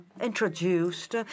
introduced